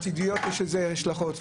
יש לזה השלכות.